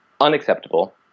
unacceptable